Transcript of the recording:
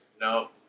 No